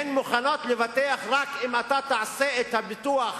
הן מוכנות לבטח רק אם תעשה את הביטוח